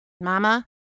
Mama